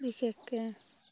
বিশেষকৈ